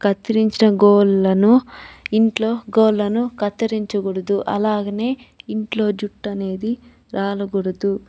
కత్తిరించిన గోళ్లను ఇంట్లో గోళ్ళను కత్తిరించకూడదు అలాగనే ఇంట్లో జుట్టు అనేది రాలకూడదు